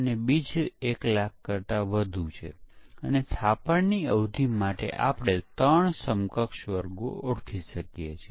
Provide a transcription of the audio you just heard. તેથી તે કોડિંગદરમિયાન છે એકમ પરીક્ષણ હાથ ધરવામાં આવે છે અને પછી એકીકરણ અને સિસ્ટમ પરીક્ષણ હાથ ધરવામાં આવે છે